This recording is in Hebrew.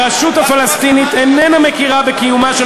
הרשות הפלסטינית איננה מכירה בקיומה של